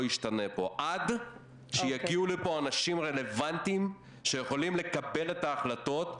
ישתנה פה עד שיגיעו לפה אנשים רלוונטיים שיכולים לקבל את ההחלטות,